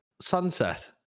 sunset